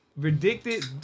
predicted